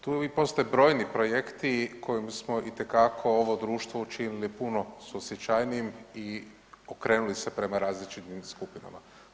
Tu postoje brojni projekti kojim smo itekako ovo društvo učinili puno suosjećajnijim i okrenuli se prema različitim skupinama.